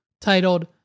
titled